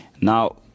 Now